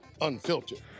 unfiltered